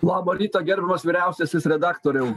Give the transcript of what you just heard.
labą rytą gerbiamas vyriausiasis redaktoriau